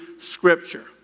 Scripture